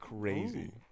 crazy